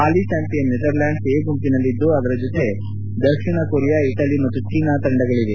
holy champion Netherland A ಗುಂಪಿನಲ್ಲಿದ್ದು ಅದರ ಜೊತೆಗೆ ದಕ್ಷಿಣ ಕೊರಿಯಾ ಇಟಲಿ ಮತ್ತು ಚೀನಾ ತಂಡಗಳವೆ